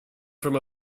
from